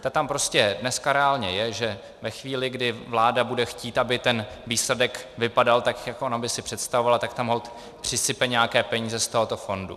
Ta tam prostě dneska reálně je, že ve chvíli, kdy vláda bude chtít, aby ten výsledek vypadal tak, jak ona by si představovala, tak tam holt přisype nějaké peníze z tohoto fondu.